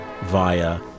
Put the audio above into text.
via